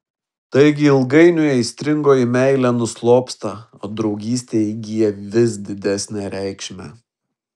taigi ilgainiui aistringoji meilė nuslopsta o draugystė įgyja vis didesnę reikšmę